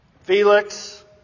Felix